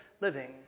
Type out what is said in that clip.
living